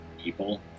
people